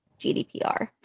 GDPR